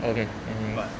okay anyway